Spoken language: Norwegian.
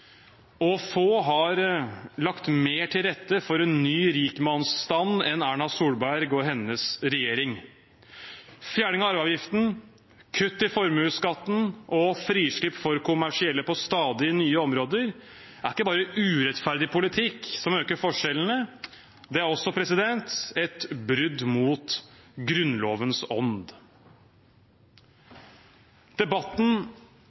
grep. Få har lagt mer til rette for en ny rikmannsstand enn Erna Solberg og hennes regjering. Fjerning av arveavgiften, kutt i formuesskatten og frislipp for kommersielle på stadig nye områder er ikke bare urettferdig politikk som øker forskjellene, det er også et brudd mot Grunnlovens